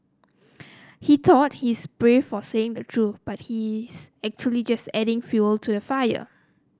he thought he's brave for saying the truth but he's actually just adding fuel to the fire